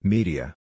Media